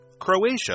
Croatia